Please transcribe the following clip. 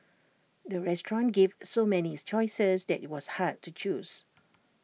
the restaurant gave so many choices that IT was hard to choose